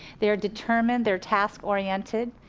they are determined, they are task-oriented,